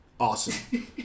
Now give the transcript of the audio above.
awesome